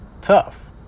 tough